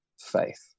faith